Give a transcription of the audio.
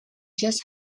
just